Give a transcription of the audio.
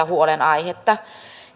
huolenaihetta